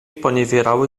poniewierały